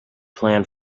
plan